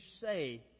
say